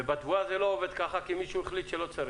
ובתבואה זה לא עובד ככה כי מישהו החליט שלא צריך?